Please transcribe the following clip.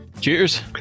Cheers